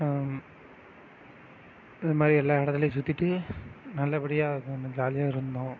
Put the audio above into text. இதமாதிரி எல்லா இடத்துலையும் சுற்றிட்டு நல்ல படியாக கொஞ்சம் ஜாலியாக இருந்தோம்